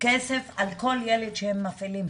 כסף על כל ילד שהם מפעילים.